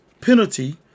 penalty